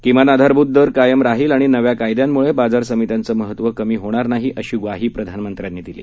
किमान आधारभूत दर कायम राहील आणि नव्या कायद्यांमुळे बाजारसमित्यांचं महत्त्व कमी होणार नाही अशी ग्वाही प्रधानमंत्र्यांनी दिली